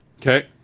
Okay